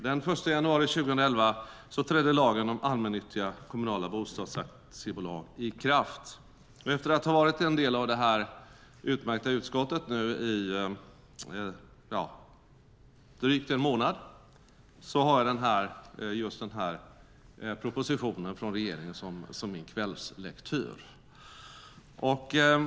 Den 1 januari 2011 trädde lagen om allmännyttiga kommunala bostadsaktiebolag i kraft. Efter att ha varit en del av det här utmärkta utskottet i drygt en månad har jag just den propositionen från regeringen som min kvällslektyr.